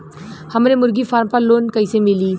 हमरे मुर्गी फार्म पर लोन कइसे मिली?